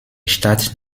stadt